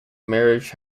marriage